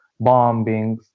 bombings